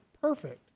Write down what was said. perfect